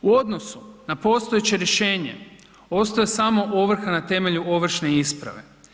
U odnosu na postojeće rješenje, ostaje samo ovrha na temelju ovršne isprave.